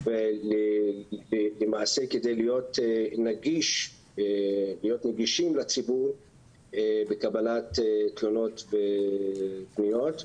ולמעשה כדי להיות נגישים לציבור בקבלת תלונות ופניות.